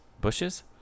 Bushes